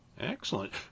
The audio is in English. Excellent